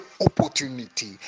opportunity